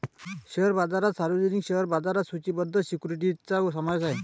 share बाजारात सार्वजनिक share बाजारात सूचीबद्ध सिक्युरिटीजचा समावेश आहे